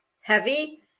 heavy